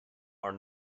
are